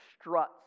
struts